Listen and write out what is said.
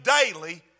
daily